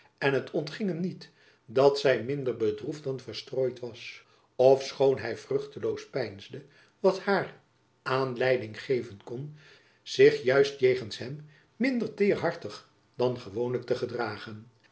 en het ontging hem niet dat zy minder bedroefd dan verstrooid was ofschoon hy vruchteloos peinsde wat haar aanleiding geven kon zich juist jegens hem minder teêr hartig dan gewoonlijk te gedragen